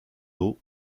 eau